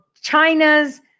China's